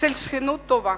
של שכנות טובה.